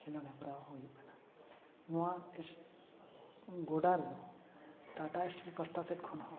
ᱠᱷᱮᱞᱳᱰ ᱦᱮᱯᱨᱟᱣ ᱦᱩᱭᱩᱜᱼᱟ ᱱᱚᱣᱟ ᱠᱮᱥ ᱜᱚᱰᱟ ᱨᱮᱫᱚ ᱴᱟᱴᱟ ᱥᱴᱤᱞ ᱯᱟᱥᱴᱟ ᱥᱮᱫ ᱠᱷᱚᱱ ᱦᱚᱸ